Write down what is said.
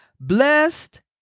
Blessed